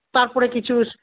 তারপরে কিছু